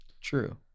True